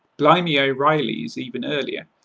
blimey o'reilly is even earlier,